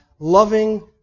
Loving